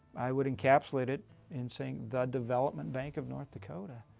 i would encapsulate it in saying the development bank of north dakota.